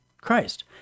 Christ